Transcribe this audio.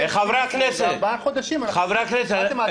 וארבעה חודשים --- חברי הכנסת,